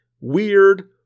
weird